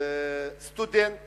סטודנט